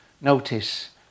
notice